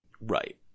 Right